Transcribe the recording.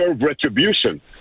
retribution